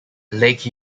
lake